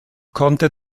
konnte